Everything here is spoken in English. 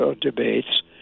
debates